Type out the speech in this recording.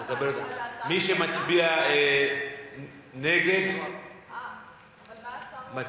למה, מי שמצביע נגד, אבל מה השר ממליץ?